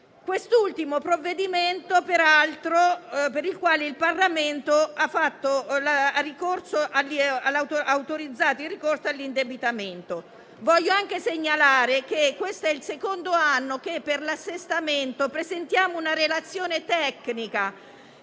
per il quale, peraltro, il Parlamento ha autorizzato il ricorso all'indebitamento. Voglio anche segnalare che questo è il secondo anno che per l'assestamento presentiamo una relazione tecnica